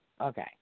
okay